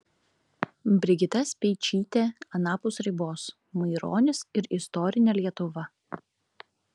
brigita speičytė anapus ribos maironis ir istorinė lietuva